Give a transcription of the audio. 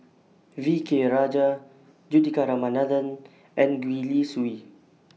V K Rajah Juthika Ramanathan and Gwee Li Sui